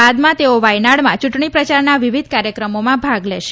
બાદમાં તેઓ વાપનાડમાં ચૂંટણી પ્રચારના વિવિધ કાર્યક્રમોમાં ભાગ લેશે